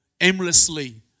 aimlessly